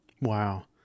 Wow